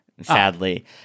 sadly